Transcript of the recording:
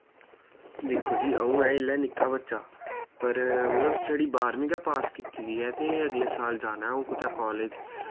दिक्खो जी आऊं ऐं इसलै निक्का बच्चा पर मतलब छड़ी बारमीं गै पास कीती दी ऐ ते अगले साल जाना ऐ अऊं कुतै कालेज